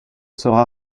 sera